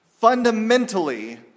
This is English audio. Fundamentally